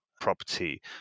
property